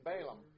Balaam